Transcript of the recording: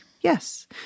yes